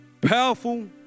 powerful